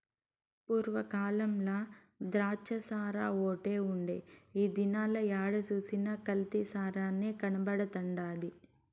పూర్వ కాలంల ద్రాచ్చసారాఓటే ఉండే ఈ దినాల ఏడ సూసినా కల్తీ సారనే కనబడతండాది